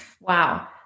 Wow